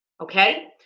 Okay